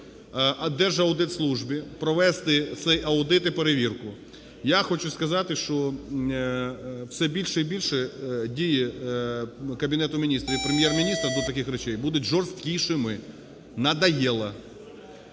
середуДержаудитслужбі провести цей аудит і перевірку. Я хочу сказати, що все більше і більше дії Кабінету Міністрів і Прем'єр-міністра до таких речей будуть жорсткішими. Надоело.